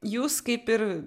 jūs kaip ir